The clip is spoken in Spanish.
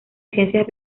ciencias